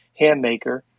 Handmaker